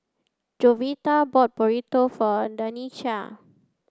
Jovita bought Burrito for Danica